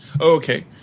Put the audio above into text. Okay